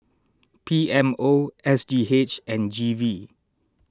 P M O S G H and G V